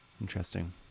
Interesting